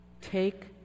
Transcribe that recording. Take